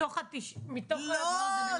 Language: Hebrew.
מתוך --- לא,